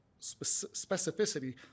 specificity